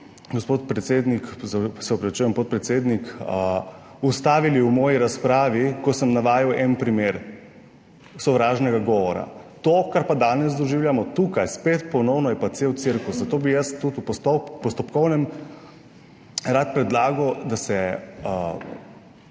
gospod predsednik, se opravičujem, podpredsednik, ustavili v moji razpravi, ko sem navajal en primer sovražnega govora. To kar pa danes doživljamo tukaj spet ponovno, je pa cel cirkus, zato bi jaz tudi v postopkovnem rad predlagal, da se